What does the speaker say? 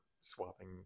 swapping